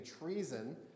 treason